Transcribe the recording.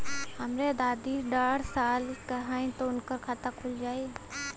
हमरे दादी साढ़ साल क हइ त उनकर खाता खुल जाई?